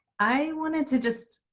i wanted to just